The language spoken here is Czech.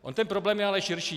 On ten problém je ale širší.